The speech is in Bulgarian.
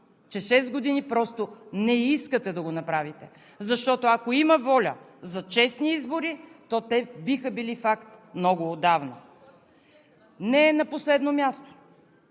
шест години просто не искате да го направите, защото ако има воля за честни избори, то те биха били факт много отдавна. Не на последно място,